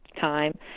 time